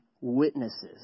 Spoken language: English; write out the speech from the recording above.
witnesses